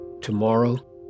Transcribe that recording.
tomorrow